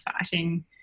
exciting